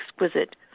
exquisite